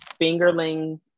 fingerling